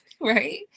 right